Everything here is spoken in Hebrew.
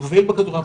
מוביל בכדורעף